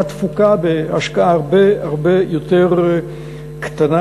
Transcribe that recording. תפוקה בהשקעה הרבה הרבה יותר קטנה.